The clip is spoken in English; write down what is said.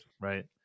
Right